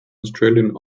australian